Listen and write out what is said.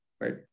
right